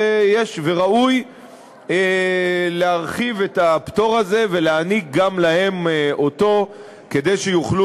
וראוי להרחיב את הפטור הזה ולהעניק אותו גם להן כדי שיוכלו